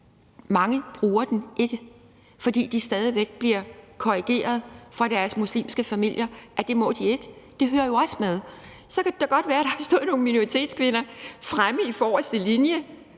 ikke bruger den, fordi de stadig væk bliver korrigeret af deres muslimske familier og får at vide, at det må de ikke. Det hører jo også med. Så kan det da godt være, at der har stået nogle minoritetskvinder fremme i forreste linje